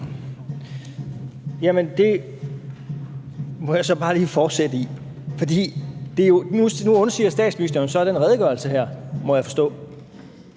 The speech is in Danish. (KF): Det må jeg så bare lige fortsætte i, for nu undsiger statsministeren jo så den her redegørelse, må jeg forstå.